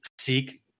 seek